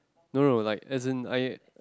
no no like as in like